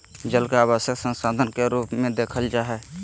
जल के आवश्यक संसाधन के रूप में देखल जा हइ